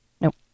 Nope